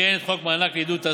לתקן את חוק הפחתת הגירעון